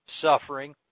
suffering